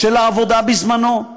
של העבודה בזמנו.